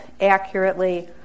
accurately